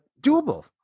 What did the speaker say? doable